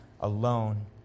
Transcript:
alone